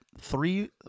three